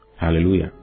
Hallelujah